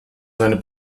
seiner